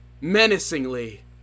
menacingly